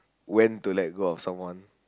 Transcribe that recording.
when to let go of someone